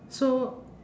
so